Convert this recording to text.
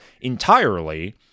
entirely